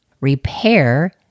Repair